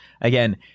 Again